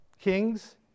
kings